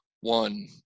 One